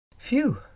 Phew